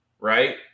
right